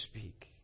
speak